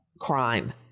crime